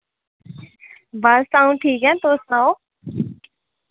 बस अ'ऊं ठीक ऐं तुस सनाओ